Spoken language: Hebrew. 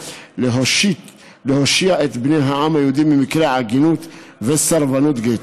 להושיע את בני העם היהודי ממקרי עגינות וסרבנות גט.